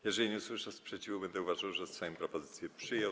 Jeżeli nie usłyszę sprzeciwu, będę uważał, że Sejm propozycję przyjął.